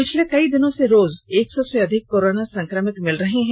पिछले कई दिनो से रोज एक सौ से अधिक कोरोना संकमित मिल रहे हैं